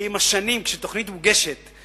כי עם השנים, כשתוכנית מוגשת היא